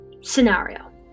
scenario